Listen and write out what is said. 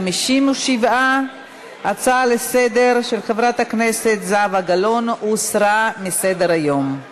57. ההצעה לסדר-היום של חברת הכנסת זהבה גלאון הוסרה מסדר-היום.